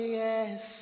yes